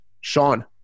Sean